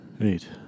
Eight